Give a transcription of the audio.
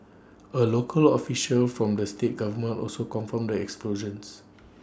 A local official from the state government also confirmed the explosions